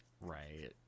Right